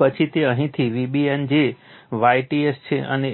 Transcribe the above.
પછી તે અહીંથી Vbn જે Yts છે અને